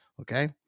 okay